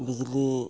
ᱵᱤᱡᱽᱞᱤ